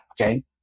okay